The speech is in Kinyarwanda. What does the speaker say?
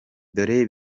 dore